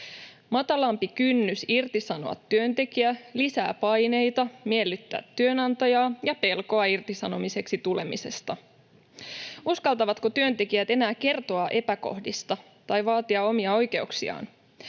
Matalampi kynnys irtisanoa työntekijä lisää paineita miellyttää työnantajaa ja pelkoa irtisanomiseksi tulemisesta. Uskaltavatko työntekijät enää kertoa epäkohdista tai vaatia omia oikeuksiaan?